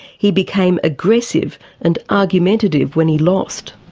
he became aggressive and argumentative when he lost.